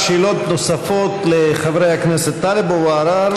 שאלות נוספות לחברי הכנסת טלב אבו עראר,